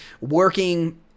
working